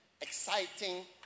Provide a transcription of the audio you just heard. exciting